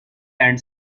and